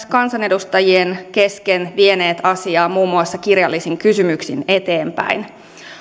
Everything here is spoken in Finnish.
kansanedustajien kesken vieneet asiaa muun muassa kirjallisin kysymyksin eteenpäin